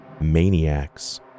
maniacs